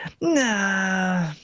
nah